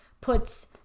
puts